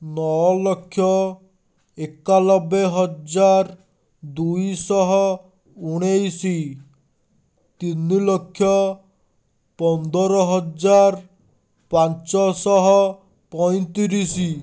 ନଅଲକ୍ଷ ଏକାନବେ ହଜାର ଦୁଇଶହ ଉଣେଇଶ ତିନିଲକ୍ଷ ପନ୍ଦରହଜାର ପାଞ୍ଚଶହ ପଇଁତିରିଶ